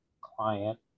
client